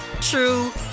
true